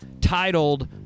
titled